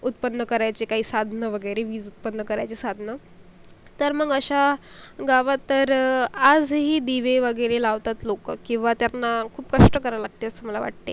उत्पन्न करायचे काही साधनं वगैरे वीज उत्पन्न करायचे साधनं तर मग अशा गावात तर आजही दिवे वगैरे लावतात लोक किंवा त्यांना खूप कष्ट कराल लागते असं मला वाटते